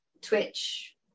Twitch